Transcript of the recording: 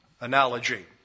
analogy